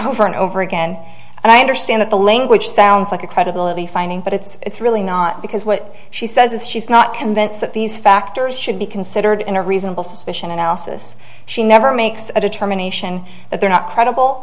over and over again and i understand that the language sounds like a credibility finding but it's really not because what she says is she's not convinced that these factors should be considered in a reasonable suspicion analysis she never makes a determination that they're not credible